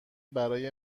برای